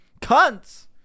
Cunts